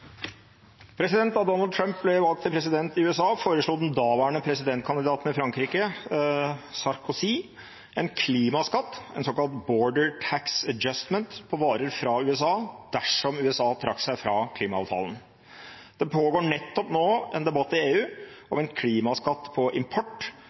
president i USA, foreslo den daværende presidentkandidaten i Frankrike, Sarkozy, en klimaskatt, en såkalt «border tax adjustment» på varer fra USA dersom USA trakk seg fra klimaavtalen. Det pågår nettopp nå en debatt i EU